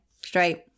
Straight